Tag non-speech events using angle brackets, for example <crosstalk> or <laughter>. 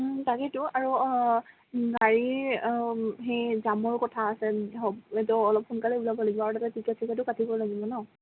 তাকেইতো আৰু গাড়ীৰ সেই জামৰ কথা আছে <unintelligible> ত' অলপ সোনকালে ওলাব লাগিব আৰু তাতে টিকেট চিকেটো কাটিব লাগিব ন